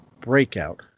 Breakout